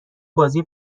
بازی